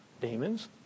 demons